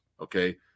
Okay